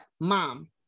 mom